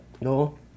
No